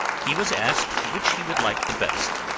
he was asked which he would like the best,